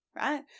right